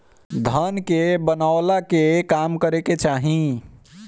धन के बनवला के काम करे के चाही